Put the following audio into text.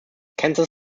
kansas